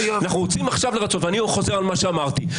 אנחנו רוצים עכשיו לרצות ואני חוזר על מה שאמרתי.